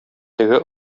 теге